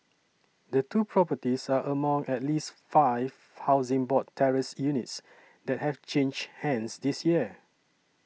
the two properties are among at least five Housing Board terraced units that have changed hands this year